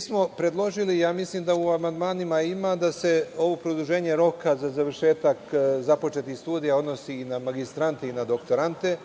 smo predložili, mislim da u amandmanima ima, da se ovo produženje roka za završetak započetih studija odnosi i na magistrante i na doktorante.